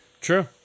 true